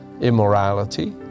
Immorality